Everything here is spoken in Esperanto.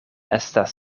estas